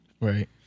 Right